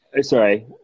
Sorry